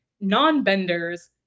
non-benders